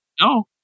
No